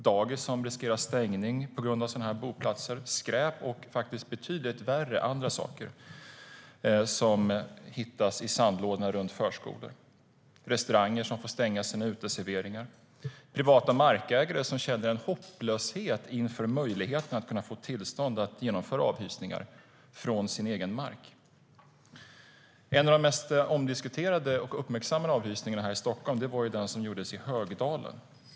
Det finns dagis som riskerar stängning på grund av sådana här boplatser, och det hittas skräp - och andra, betydligt värre, saker - i sandlådorna runt förskolor. Restauranger får stänga sina uteserveringar, och privata markägare känner en hopplöshet inför möjligheten att få tillstånd att genomföra avhysningar från sina egna marker. En av de mest omdiskuterade och uppmärksammade avhysningarna här i Stockholm är den som gjordes i Högdalen.